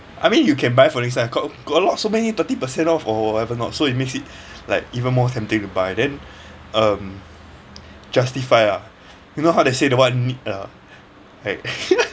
I mean you can buy got got a lot so many thirty percent off or whatever not so it makes it like even more tempting to buy then um justify ah you know how they say the one need ah like